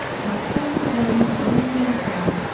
and were pulling their guardian joyously inside.